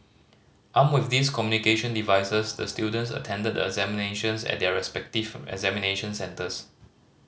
armed with these communication devices the students attended the examinations at their respective examination centres